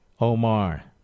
Omar